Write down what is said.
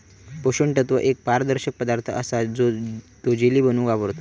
पोषण तत्व एक पारदर्शक पदार्थ असा तो जेली बनवूक वापरतत